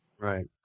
Right